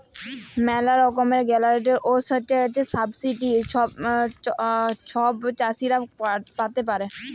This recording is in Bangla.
ম্যালা রকমের গ্র্যালটস আর সাবসিডি ছব চাষীরা পাতে পারে